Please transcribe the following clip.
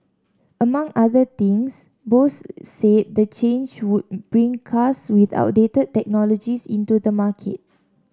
among other things Bosch said the change would bring cars with outdated technologies into the market